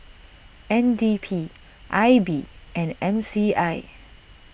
N D P I B and M C I